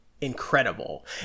incredible